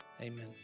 Amen